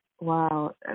Wow